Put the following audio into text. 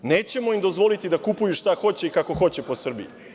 Nećemo im dozvoliti da kupuju šta hoće i kako hoće po Srbiji.